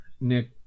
nick